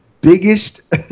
biggest